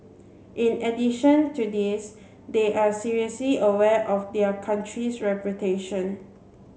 in addition to this they are seriously aware of their country's reputation